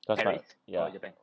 that's right ya